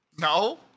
No